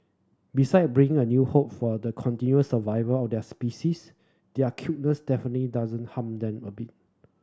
beside bringing a new hope for the continued survival of their species their cuteness definite doesn't harm than a bit